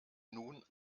nun